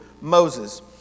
Moses